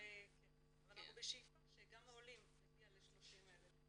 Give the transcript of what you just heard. אבל אנחנו בשאיפה שגם במספר העולים נגיע ל-30,000.